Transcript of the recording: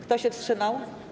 Kto się wstrzymał?